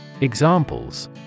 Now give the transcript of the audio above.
Examples